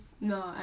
No